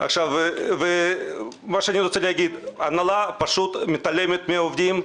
אני רוצה להגיד שההנהלה פשוט מתעלמת מן העובדים.